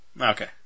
Okay